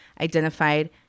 identified